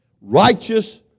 righteous